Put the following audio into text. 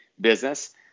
business